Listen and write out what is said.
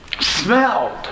Smelled